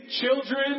Children